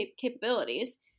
capabilities